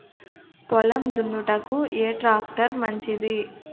పొలం దున్నుటకు ఏ ట్రాక్టర్ మంచిది?